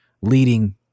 leading